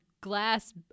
glass